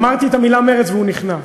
אמרתי את המילה מרצ והוא נכנס.